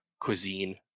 cuisine